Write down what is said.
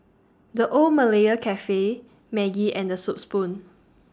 The Old Malaya Cafe Maggi and The Soup Spoon